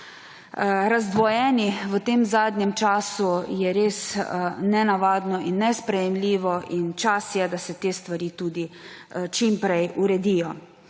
razdvojeni v tem zadnjem času, je res nenavadno in nesprejemljivo, in čas je, da se te stvari tudi čim prej uredijo.